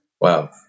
Wow